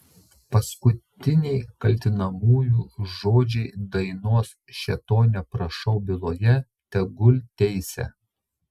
paskutiniai kaltinamųjų žodžiai dainos šėtone prašau byloje tegul teisia